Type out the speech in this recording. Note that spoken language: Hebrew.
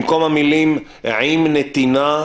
במקום המילים: "עם נתינה",